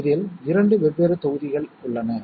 நாம் அதை எளிதாக்கலாம் பார்க்கலாம்